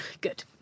good